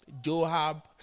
Joab